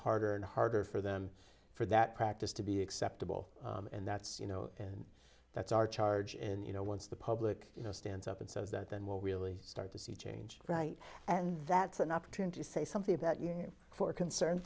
harder and harder for them for that practice to be acceptable and that's you know and that's our charge and you know once the public you know stands up and says that then will really start to see change right and that's an opportunity to say something about you for concern